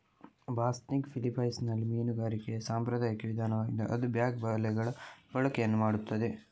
ಬಾಸ್ನಿಗ್ ಫಿಲಿಪೈನ್ಸಿನಲ್ಲಿ ಮೀನುಗಾರಿಕೆಯ ಸಾಂಪ್ರದಾಯಿಕ ವಿಧಾನವಾಗಿದ್ದು ಅದು ಬ್ಯಾಗ್ ಬಲೆಗಳ ಬಳಕೆಯನ್ನು ಮಾಡುತ್ತದೆ